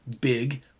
big